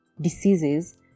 diseases